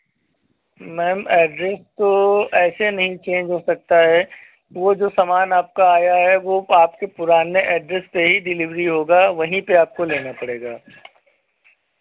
ma'am address तो ऐसे नहीं चेंज हो सकता है वो जो सामान आपका आया है वो आपके पुराने ऐड्रेस पे ही डिलीवरी होगा वहीं पे आपको लेना पड़ेगा